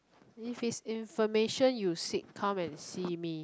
if is information you seek come and see me